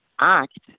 act